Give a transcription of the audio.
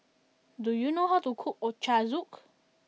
do you know how to cook Ochazuke